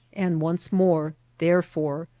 and once more, therefore,